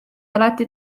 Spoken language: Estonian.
alati